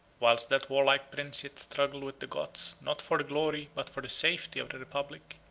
whilst that warlike prince yet struggled with the goths, not for the glory, but for the safety, of the republic,